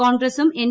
കോൺഗ്രസും എൻ